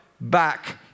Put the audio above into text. back